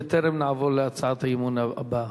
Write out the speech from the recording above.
בטרם נעבור להצעת האי-אמון הבאה.